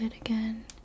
again